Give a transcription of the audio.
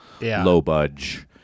low-budge